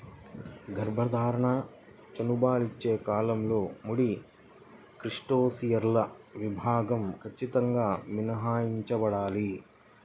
గర్భధారణ, చనుబాలిచ్చే కాలంలో ముడి క్రస్టేసియన్ల వినియోగం ఖచ్చితంగా మినహాయించబడాలి